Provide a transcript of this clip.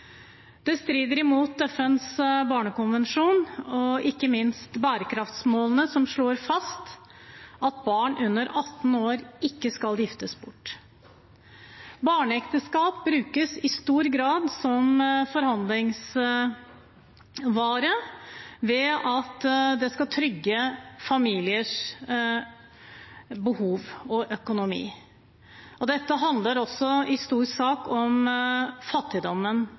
Det strider mot FNs barnekonvensjon og ikke minst bærekraftsmålene, som slår fast at barn under 18 år ikke skal giftes bort. Barneekteskap brukes i stor grad som forhandlingsvare ved at det skal trygge familiers behov og økonomi. Dette handler også i stor grad om fattigdommen